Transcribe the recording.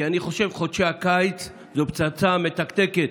אני חושב שחודשי הקיץ הם פצצה מתקתקת.